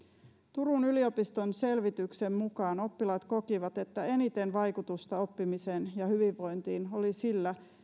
turun yliopiston selvityksen mukaan oppilaat kokivat että eniten vaikutusta oppimiseen ja hyvinvointiin oli sillä